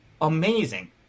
amazing